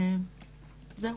זהו,